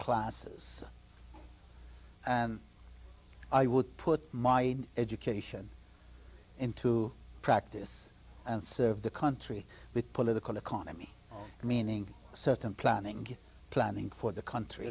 classes and i would put my education into practice and serve the country with political economy meaning certain planning planning for the country